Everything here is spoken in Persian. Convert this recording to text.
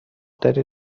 تری